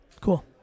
Cool